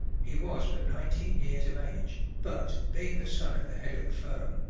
he was but nineteen years of age but, being the son of the head of the firm,